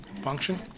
function